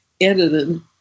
edited